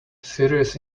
serious